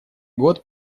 год